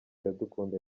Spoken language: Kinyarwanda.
iradukunda